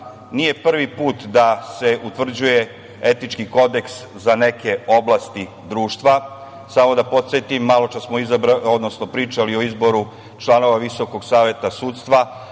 nije prvi put da se utvrđuje etički kodeks za neke oblasti društva. Samo da podsetim, maločas smo pričali o izboru članova Visokog saveta sudstva.